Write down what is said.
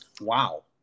Wow